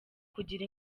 kugira